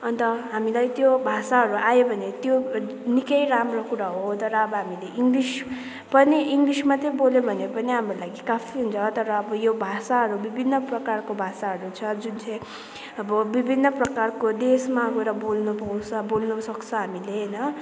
अन्त हामीलाई त्यो भाषाहरू आयो भने त्यो निक्कै राम्रो कुरा हो तर अब हामीले इङ्लिस पनि इङ्लिस मात्रै बोल्यो भने पनि हाम्रो लागि काफी हुन्छ तर अब यो भाषाहरू विभिन्न प्रकारहरू भाषाहरू छ जुन चाहिँ अब विभिन्न प्रकारको देशमा गएर बोल्नु पाउँछ बोल्नु सक्छ हामीले होइन